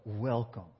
welcome